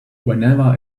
whenever